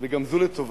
גם זו לטובה.